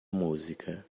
música